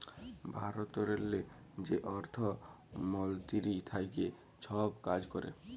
ভারতেরলে যে অর্থ মলতিরি থ্যাকে ছব কাজ ক্যরে